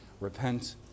Repent